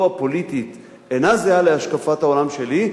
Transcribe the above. הפוליטית אינה זהה להשקפת העולם שלי,